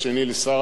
ובאמצע,